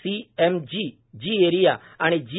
C M G G area आणि जी